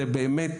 זה באמת,